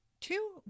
Two